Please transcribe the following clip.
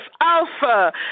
Alpha